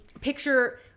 picture